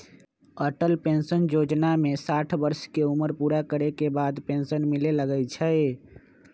Atal pension जोजना में साठ वर्ष के उमर पूरा करे के बाद पेन्सन मिले लगैए छइ